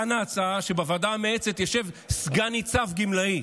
כאן ההצעה היא שבוועדה המייעצת ישב סגן ניצב גמלאי,